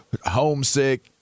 Homesick